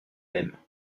même